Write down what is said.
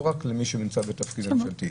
לא רק למי שנמצא בתפקיד ממשלתי.